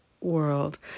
world